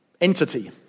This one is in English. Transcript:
entity